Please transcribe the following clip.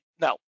no